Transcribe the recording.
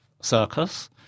circus